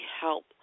help